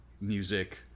music